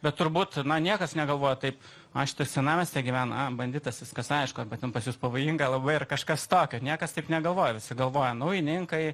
bet turbūt na niekas negalvoja taip a šitas senamiestyje gyvena a banditas viskas aišku arba ten pas jus pavojinga labai ar kažkas tokio niekas taip negalvoja sugalvoja naujininkai